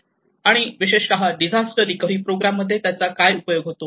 आणि विशेषतः disaster recovery programme मध्ये त्याचा काय उपयोग होतो